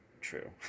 True